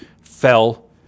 fell